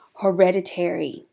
hereditary